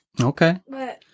Okay